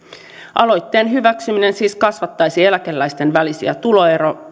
aloitteen hyväksyminen siis kasvattaisi eläkeläisten välisiä tuloeroja